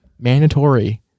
mandatory